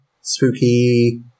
spooky